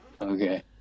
Okay